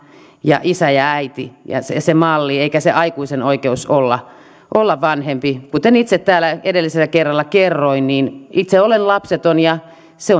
ja isä ja äiti se se malli eikä se aikuisen oikeus olla olla vanhempi kuten itse täällä edellisellä kerralla kerroin olen itse lapseton se